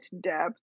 depth